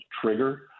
trigger